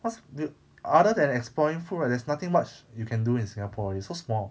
cause the other than exploring food right there's nothing much you can do in singapore it's so small